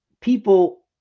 people